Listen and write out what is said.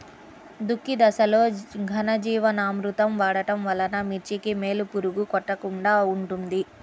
దుక్కి దశలో ఘనజీవామృతం వాడటం వలన మిర్చికి వేలు పురుగు కొట్టకుండా ఉంటుంది?